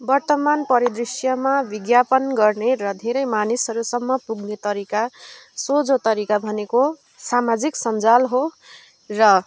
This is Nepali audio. बर्तमान परिदृश्यमा विज्ञापन गर्ने र धेरै मानिसहरूसम्म पुग्ने तरिका सोझो तरिका भनेको सामाजिक सञ्जाल हो र